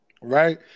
Right